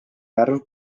värv